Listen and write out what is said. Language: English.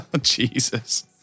Jesus